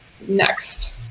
next